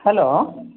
hello